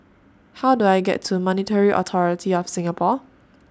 How Do I get to Monetary Authority of Singapore